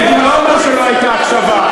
בגין לא אמר שלא הייתה הקשבה.